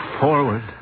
Forward